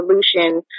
solution